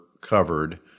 covered